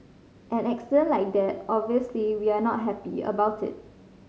an incident like that obviously we are not happy about it